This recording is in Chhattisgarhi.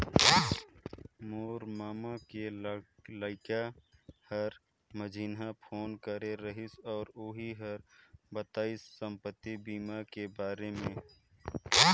मोर ममा के लइका हर मंझिन्हा फोन करे रहिस अउ ओही हर बताइस संपति बीमा के बारे मे